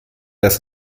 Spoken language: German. das